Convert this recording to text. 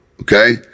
Okay